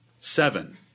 Seven